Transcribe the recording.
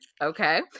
Okay